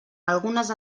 algunes